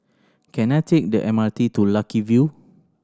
can I take the M R T to Lucky View